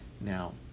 now